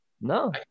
No